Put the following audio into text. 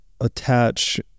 attach